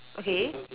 okay